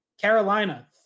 Carolina